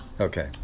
Okay